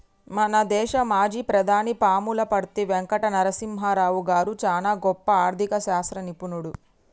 మన దేశ మాజీ ప్రధాని పాములపర్తి వెంకట నరసింహారావు గారు చానా గొప్ప ఆర్ధిక శాస్త్ర నిపుణుడు